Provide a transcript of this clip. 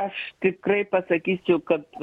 aš tikrai pasakysiu kad